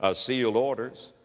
ah sealed orders.